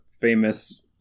famous